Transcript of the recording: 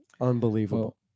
unbelievable